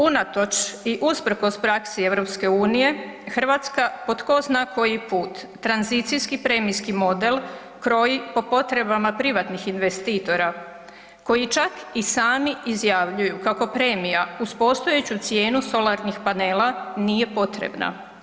Unatoč i usprkos praksi EU Hrvatska po tko zna koji put tranzicijski premijski model kroji po potrebama privatnih investitora koji čak i sami izjavljuju kako premija uz postojeću cijenu solarnih panela nije potrebna.